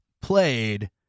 played